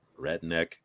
redneck